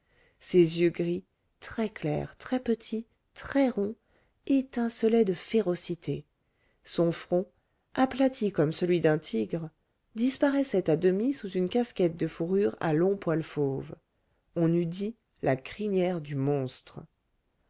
ses yeux gris très clairs très petits très ronds étincelaient de férocité son front aplati comme celui d'un tigre disparaissait à demi sous une casquette de fourrure à longs poils fauves on eût dit la crinière du monstre